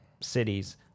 cities